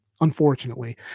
unfortunately